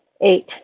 Eight